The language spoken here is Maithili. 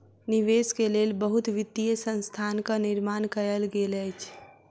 निवेश के लेल बहुत वित्तीय संस्थानक निर्माण कयल गेल अछि